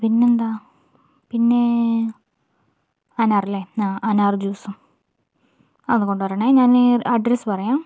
പിന്നെയെന്താ പിന്നേ അനാറല്ലേ ആ അനാർ ജ്യൂസും അതൊന്ന് കൊണ്ടുവരണം ഞാൻ ഈ അഡ്രസ്സ് പറയാം